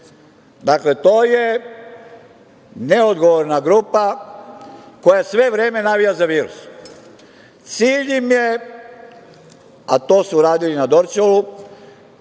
Dakle, to je neodgovorna grupa koja sve vreme navija za virus. Cilj im je, a to su radili na Dorćolu,